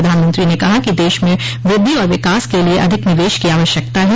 प्रधानमंत्री ने कहा कि देश में वृद्धि और विकास के लिए अधिक निवेश की आवश्यकता है